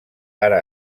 ara